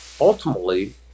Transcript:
Ultimately